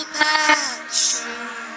passion